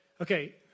Okay